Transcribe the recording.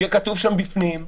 שיהיה כתוב שם בפנים,